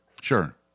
Sure